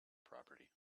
property